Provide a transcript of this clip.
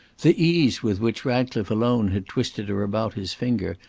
the ease with which ratcliffe alone had twisted her about his finger,